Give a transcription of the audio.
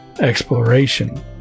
exploration